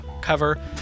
cover